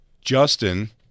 Justin